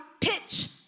pitch